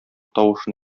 тавышын